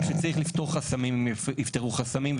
וכשצריך לפתור חסמים הם יפתרו חסמים,